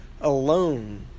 alone